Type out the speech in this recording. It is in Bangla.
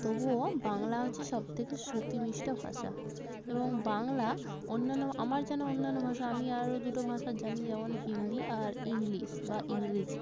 তবুও বাংলা হচ্ছে সবথেকে শ্রুতি মিষ্ট ভাষা এবং বাংলা অন্যান্য আমার যেন অন্যান্য ভাষা আমি আরও দুটো ভাষা জানি যেমন হিন্দি আর ইংলিশ বা ইংরেজি